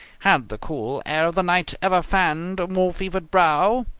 had the cool air of the night ever fanned a more fevered brow? ah,